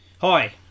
Hi